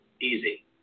easy